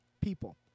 People